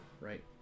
right